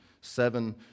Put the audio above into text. seven